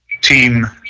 Team